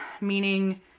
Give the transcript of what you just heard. meaning